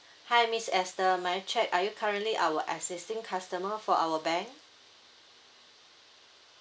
hi miss esther may I check are you currently our existing customer for our bank